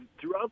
Throughout